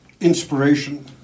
inspiration